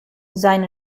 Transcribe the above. sein